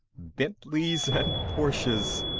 bentleys and porsches!